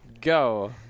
Go